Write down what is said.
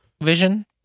vision